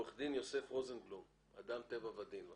אני